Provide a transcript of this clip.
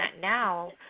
now